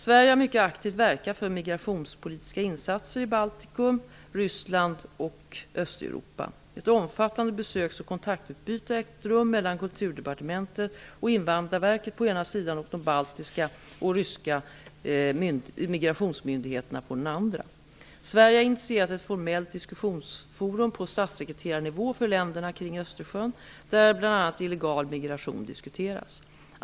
Sverige har mycket aktivt verkat för migrationspolitiska insatser i Baltikum, Ryssland och Östeuropa. Ett omfattande besöks och kontaktutbyte har ägt rum mellan Kulturdepartementet och Invandrarverket på ena sidan och de baltiska och ryska migrationsmyndigheterna på den andra. Sverige har initierat ett formellt diskussionsforum på statssekreterarnivå för länderna kring Östersjön, där bl.a. illegal migration diskuteras.